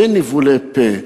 בניבולי פה,